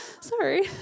sorry